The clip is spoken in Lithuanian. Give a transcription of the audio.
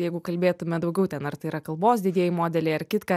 jeigu kalbėtume daugiau ten ar tai yra kalbos didieji modeliai ar kitka